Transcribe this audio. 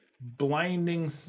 blinding